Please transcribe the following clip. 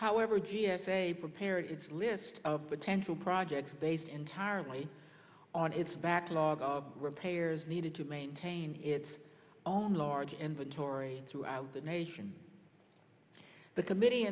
however g s a preparing its list of potential projects based entirely on its backlog of repairs needed to maintain its own large inventory throughout the nation the committee